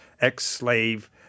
ex-slave